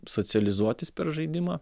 socializuotis per žaidimą